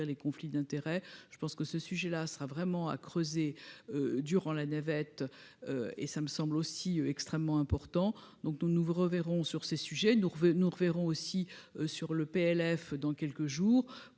les conflits d'intérêts, je pense que ce sujet-là sera vraiment à creuser durant la navette et ça me semble aussi extrêmement important, donc nous nous reverrons sur ces sujets, nous nous reverrons aussi sur le PLF dans quelques jours